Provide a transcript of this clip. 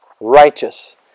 Righteous